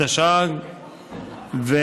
התשע"ג 2013,